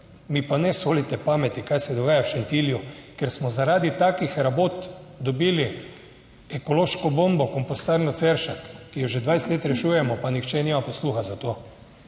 mi pa ne sodite pameti, kaj se dogaja v Šentilju, ker smo zaradi takih rabot dobili ekološko bombo, kompostarno Ceršak, ki jo že 20 let rešujemo, pa nihče nima posluha za to.